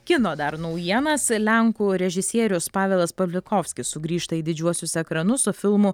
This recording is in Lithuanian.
kino dar naujienas lenkų režisierius pavelas pablikovskis sugrįžta į didžiuosius ekranus su filmu